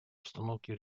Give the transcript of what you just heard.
обстановки